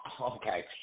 Okay